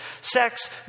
sex